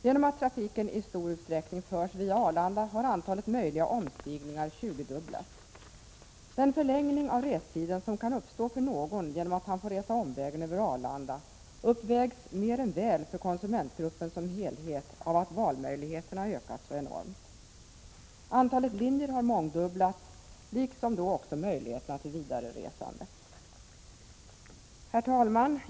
Genom att trafiken i stor utsträckning förs via Arlanda har antalet möjliga omstigningar 20-dubblats. Den förlängning av restiden som kan uppstå för någon, genom att han får resa omvägen över Arlanda, uppvägs mer än väl för konsumentgruppen som helhet av att valmöjligheterna ökat så enormt. Antalet linjer har mångdubblats liksom då också möjligheterna till vidareresande. Herr talman!